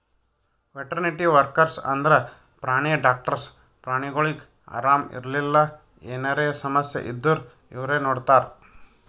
veterinary workers ಅಂದ್ರ ಪ್ರಾಣಿ doctors ಪ್ರಾಣಿಗೊಳಿಗ್ ಆರಾಮ್ ಇರ್ಲಿಲ್ಲ ಎನರೆ ಸಮಸ್ಯ ಇದ್ದೂರ್ ಇವ್ರೇ ನೋಡ್ತಾರ್